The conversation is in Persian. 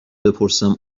بپرسم